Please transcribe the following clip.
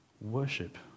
Worship